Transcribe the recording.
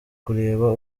kureba